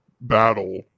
battle